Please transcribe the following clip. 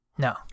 No